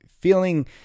feeling